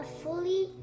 fully